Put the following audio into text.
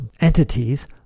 entities